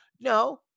No